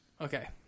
Okay